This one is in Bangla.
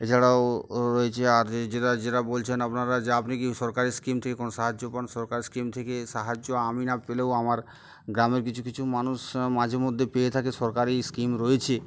এছাড়াও রয়েছে আর যেটা যেটা বলছেন আপনারা যে আপনি কি সরকারি স্কিম থেকে কোনো সাহায্য পান সরকারি স্কিম থেকে সাহায্য আমি না পেলেও আমার গ্রামের কিছু কিছু মানুষ মাঝে মধ্যে পেয়ে থাকে সরকারি এই স্কিম রয়েছে